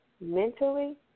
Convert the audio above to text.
Mentally